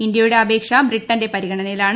ഇന്ത്യയുടെ അപേക്ഷ ബ്രിട്ടന്റെ പരിഗണനയിലാണ്